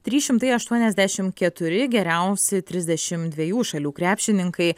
trys šimtai aštuoniasdešimt keturi geriausi trisdešimt dviejų šalių krepšininkai